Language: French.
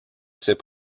ces